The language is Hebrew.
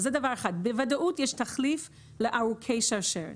אז זה דבר אחד: בוודאות יש תחליף לארוכי שרשרת.